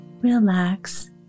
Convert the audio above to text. relax